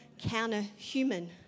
counter-human